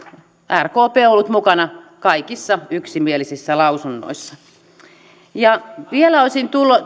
rkp on ollut mukana kaikissa yksimielisissä lausunnoissa vielä olisin